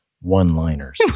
one-liners